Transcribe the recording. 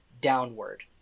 downward